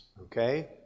Okay